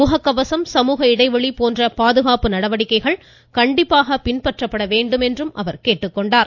முகக்கவசம் சமூக இடைவெளி போன்ற பாதுகாப்பு நடவடிக்கைகள் கண்டிப்பாக பின்பற்றப்பட வேண்டும் என்றார்